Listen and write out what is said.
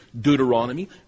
Deuteronomy